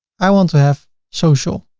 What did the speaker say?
i want to have social.